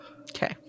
Okay